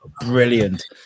brilliant